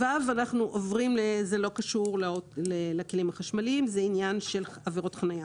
פסקה (ו) לא קשורה לכלים החשמליים אלא זה עניין של עבירות חניה.